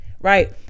right